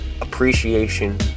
appreciation